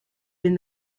been